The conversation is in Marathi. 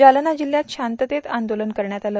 जालना जिल्ह्यात शांततेत आंदोलन करण्यात आलं